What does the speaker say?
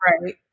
Right